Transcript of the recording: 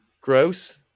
Gross